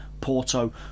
Porto